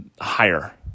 higher